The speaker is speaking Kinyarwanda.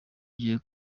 gihe